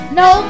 no